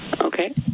Okay